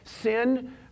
Sin